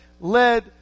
led